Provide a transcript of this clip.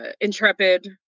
Intrepid